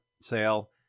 sale